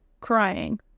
crying